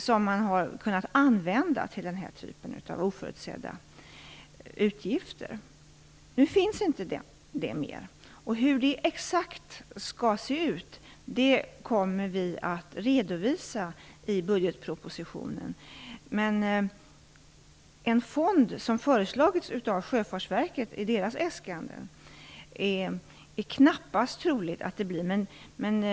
Dem har man kunnat använda till denna typ av oförutsedda utgifter. Nu finns de inte mer. Hur det exakt skall se ut kommer vi att redovisa i budgetpropositionen. En fond, som föreslagits i Sjöfartsverkets äskanden, är knappast trolig.